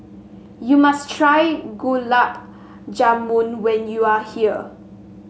you must try Gulab Jamun when you are here